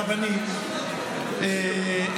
רבנים,